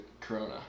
corona